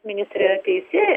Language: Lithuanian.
ministrė teisi